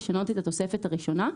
לשנות את התוספת הראשונה,